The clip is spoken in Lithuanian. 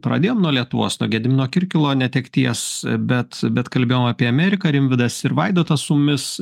pradėjom nuo lietuvos nuo gedimino kirkilo netekties bet bet kalbėjom apie ameriką rimvydas ir vaidotas su mumis